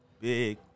big